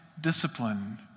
discipline